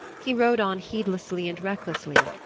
he rode on heedlessly and recklessly,